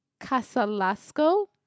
Casalasco